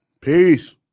Peace